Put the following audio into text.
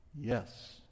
Yes